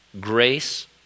grace